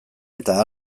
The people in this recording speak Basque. eta